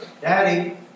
Daddy